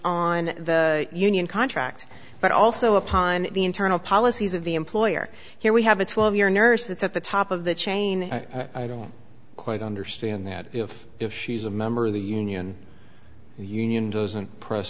on the union contract but also upon the internal policies of the employer here we have a twelve year nurse that's at the top of the chain i don't quite understand that if if she's a member of the union union doesn't